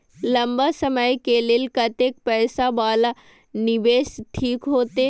लंबा समय के लेल कतेक पैसा वाला निवेश ठीक होते?